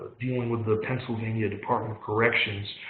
dealing with the pennsylvania department of corrections,